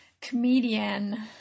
comedian